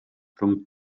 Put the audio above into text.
rhwng